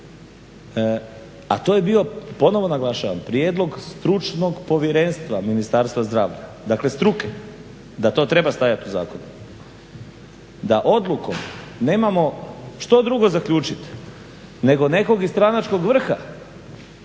a to je bio ponovno naglašavam prijedlog Stručnog povjerenstva Ministarstva zdravlja, dakle struke da to treba stajati u zakonu da odlukom nemamo što drugo zaključiti nego nekog iz stranačkog vrha